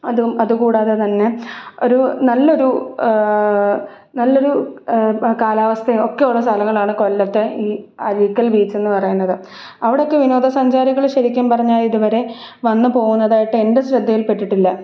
അതും അതുകൂടാതെ തന്നെ ഒരു നല്ലൊരു നല്ലൊരു കാലാവസ്ഥയൊക്കെയുള്ള സ്ഥലങ്ങളാണ് കൊല്ലത്തെ അഴീക്കൽ ബെച്ചെന്ന് പറയുന്നത് അവിടെയൊക്കെ വിനോദസഞ്ചാരികൾ ശരിക്കും പറഞ്ഞാൽ ഇതുവരെ വന്നു പോകുന്നതായിട്ട് എന്റെ ശ്രദ്ധയിൽപ്പെട്ടിട്ടില്ല